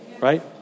Right